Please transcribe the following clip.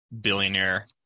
billionaire